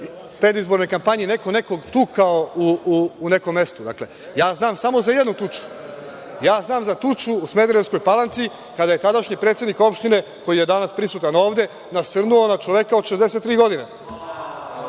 predizbornoj kampanji neko nekog tukao u nekom mestu. Ja znam samo za jednu tuču. Znam za tuču u Smederevskoj Palanci kada je tadašnji predsednik opštine, koji je danas prisutan ovde, nasrnuo na čoveka od 63 godine,